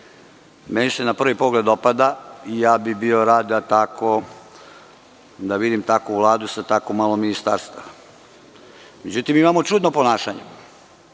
meni se na prvi pogled dopada i bio bih rad da vidim takvu vladu sa tako malo ministarstava. Međutim, imamo čudno ponašanje